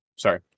Sorry